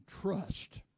trust